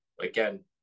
again